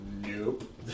nope